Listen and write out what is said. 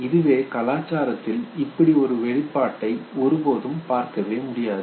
இதுவே கலாச்சாரத்தில் இப்படி ஒரு வெளிப்பாட்டை ஒருபோதும் பார்க்க முடியாது